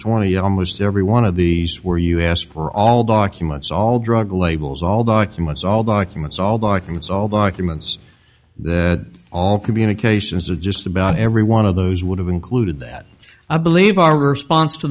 twenty almost every one of the swear you asked for all documents all drug labels all documents all documents all documents all documents that all communications of just about every one of those would have included that i believe our response to